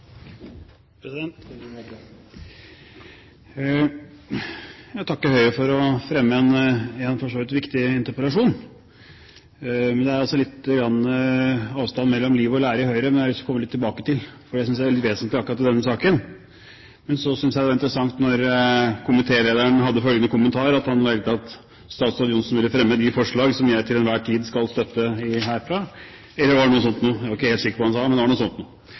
Jeg takker Høyre for å fremme en for så vidt viktig interpellasjon. Men det er altså litt avstand mellom liv og lære i Høyre, som jeg har lyst til å komme tilbake til, for jeg synes det er litt vesentlig akkurat i denne saken. Men jeg synes det er interessant at komitélederen kommenterte at han mente at statsråd Johnsen ville fremme de forslag som Arbeiderpartiet til enhver tid vil støtte herfra. Jeg er ikke helt sikker på hva han sa, men det var noe sånt.